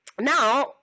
Now